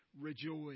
rejoice